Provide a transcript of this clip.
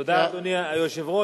תודה, אדוני היושב-ראש.